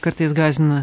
kartais gąsdina